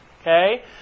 okay